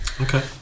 Okay